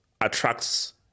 attracts